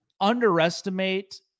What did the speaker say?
underestimate